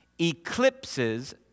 eclipses